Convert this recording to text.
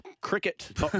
Cricket